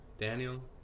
Daniel